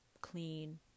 clean